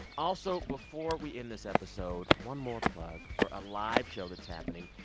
also, before we end this episode one more plug for a live show that's happening.